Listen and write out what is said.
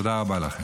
תודה רבה לכם.